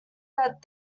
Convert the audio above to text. that